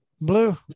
Blue